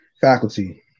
faculty